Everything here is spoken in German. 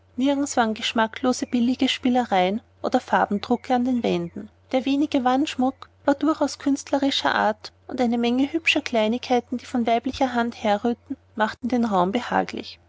nirgends waren geschmacklose billige spielereien oder farbendrucke an den wänden der wenige wandschmuck war durchaus künstlerischer art und eine menge hübscher kleinigkeiten die von weiblicher hand herrührten machten den raum behaglich